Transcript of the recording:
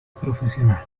profesionales